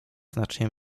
znacznie